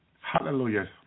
Hallelujah